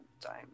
time